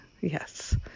Yes